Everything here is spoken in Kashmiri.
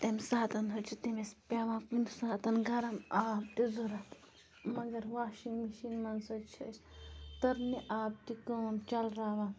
تَمہِ ساتہٕ حظ چھِ تٔمِس پٮ۪وان کُنہِ ساتہٕ گَرم آب تہِ ضوٚرَتھ مگر واشنگ مِشیٖن منٛز حظ چھِ أسۍ تٔرنہِ آب تہِ کٲم چَلراوان